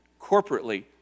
corporately